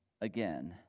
again